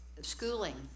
schooling